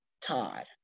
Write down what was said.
Todd